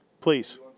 please